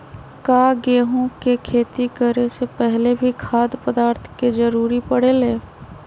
का गेहूं के खेती करे से पहले भी खाद्य पदार्थ के जरूरी परे ले?